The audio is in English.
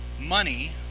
money